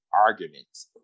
arguments